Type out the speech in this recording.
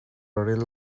rih